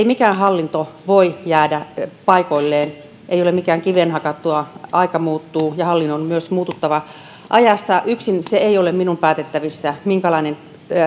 mikään hallinto voi jäädä paikoilleen ei ole mikään kiveen hakattua aika muuttuu ja hallinnon on myös muututtava ajassa yksin se ei ole minun päätettävissäni minkälainen